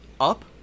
up